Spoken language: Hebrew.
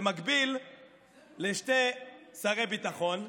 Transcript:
זה מקביל לשני שרי ביטחון,